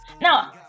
Now